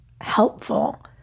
helpful